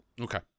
Okay